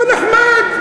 לא נחמד.